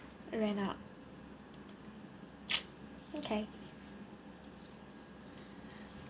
ran out okay